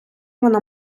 вона